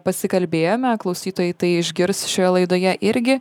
pasikalbėjome klausytojai tai išgirs šioje laidoje irgi